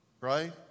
Right